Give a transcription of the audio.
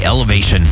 Elevation